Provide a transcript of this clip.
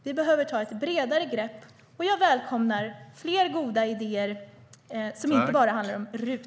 Vi behöver ta ett bredare grepp, och jag välkomnar fler goda idéer som inte bara handlar om RUT.